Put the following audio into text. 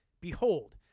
Behold